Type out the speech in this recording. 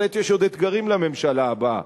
בהחלט יש עוד אתגרים לממשלה הבאה.